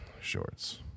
Shorts